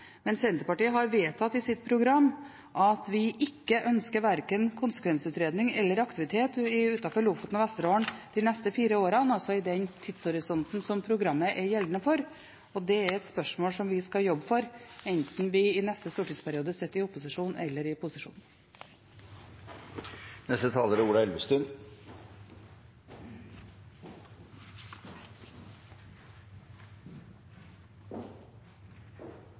men Senterpartiet har vedtatt i sitt program at vi ikke ønsker verken konsekvensutredning eller aktivitet utenfor Lofoten og Vesterålen de neste fire årene, altså i den tidshorisonten som programmet er gjeldende for, og det er et spørsmål som vi skal jobbe for, enten vi i neste stortingsperiode sitter i opposisjon eller i